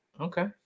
Okay